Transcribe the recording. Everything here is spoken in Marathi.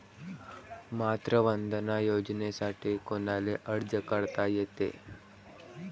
मातृवंदना योजनेसाठी कोनाले अर्ज करता येते?